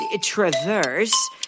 traverse